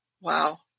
Wow